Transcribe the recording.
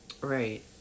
Right